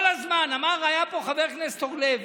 כל הזמן, היה פה חבר הכנסת אורלב